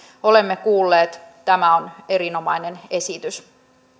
olemme kuulleet tämä on erinomainen esitys